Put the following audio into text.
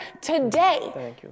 today